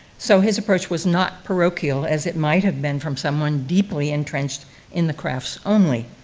so his approach was not parochial, as it might have been from someone deeply entrenched in the crafts only.